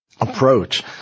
approach